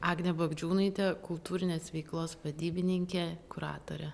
agnė bagdžiūnaitė kultūrinės veiklos vadybininkė kuratorė